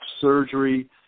surgery